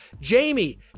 Jamie